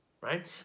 right